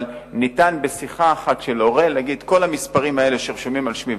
אבל ניתן בשיחה אחת של הורה לומר שכל המספרים שרשומים על שמו,